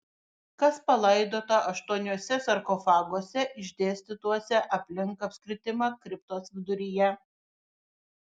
kas palaidota aštuoniuose sarkofaguose išdėstytuose aplink apskritimą kriptos viduryje